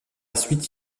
suite